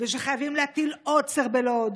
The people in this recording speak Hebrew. ושחייבים להטיל עוצר בלוד.